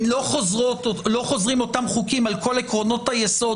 לא חוזרים אותם חוקים על כל עקרונות היסוד